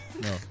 no